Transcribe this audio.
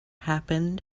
happened